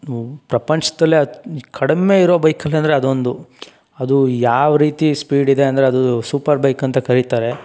ಪ್ರಪಂಚದಲ್ಲೇ ಕಡಿಮೆ ಇರೋ ಬೈಕ್ ಅಂತ ಅಂದರೆ ಅದೊಂದು ಅದು ಯಾವ ರೀತಿ ಸ್ಪೀಡ್ ಇದೆ ಅಂದರೆ ಅದು ಸೂಪರ್ ಬೈಕ್ ಅಂತ ಕರೀತಾರೆ